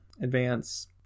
advance